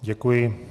Děkuji.